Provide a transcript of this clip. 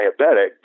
diabetic